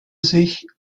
sich